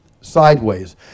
sideways